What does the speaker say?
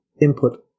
input